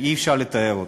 אי-אפשר לתאר אותה.